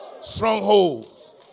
strongholds